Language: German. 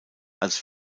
als